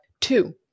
Two